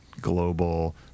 global